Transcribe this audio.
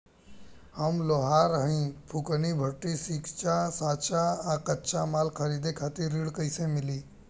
हम लोहार हईं फूंकनी भट्ठी सिंकचा सांचा आ कच्चा माल खरीदे खातिर ऋण कइसे मिली?